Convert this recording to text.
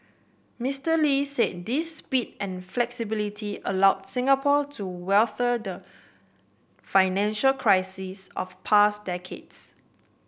Mister Lee said this speed and flexibility allowed Singapore to weather the financial crises of past decades